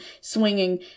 swinging